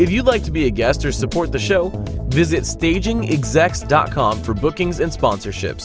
if you'd like to be a guest or support the show visit staging exacts dot com for bookings and sponsorship